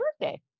birthday